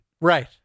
Right